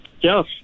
yes